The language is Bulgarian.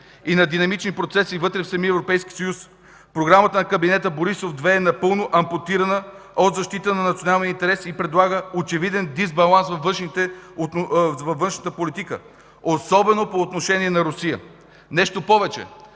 и на динамични процеси вътре в самия Европейски съюз, програмата на кабинета Борисов 2 е напълно ампутирана от защита на националния интерес и предполага очеваден дисбаланс във външната политика, особено по отношение на Русия. Нещо повече,